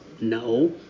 No